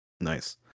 Nice